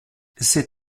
c’est